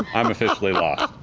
i'm officially lost.